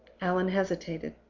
allan hesitated.